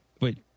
wait